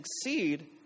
succeed